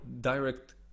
direct